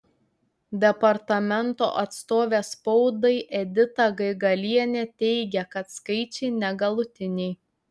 departamento atstovė spaudai edita gaigalienė teigia kad skaičiai negalutiniai